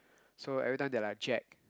so every time they are like Jack